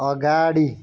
अगाडि